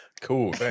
Cool